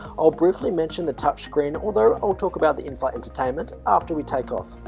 i'll briefly mention the touchscreen although i'll talk about the in-flight entertainment after we take off